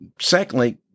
Secondly